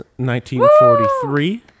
1943